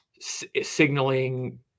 signaling